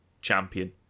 champion